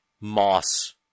moss